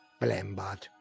Blambot